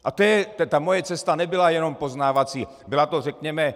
A ta moje cesta nebyla jenom poznávací, byla to, řekněme...